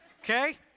okay